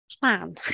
Plan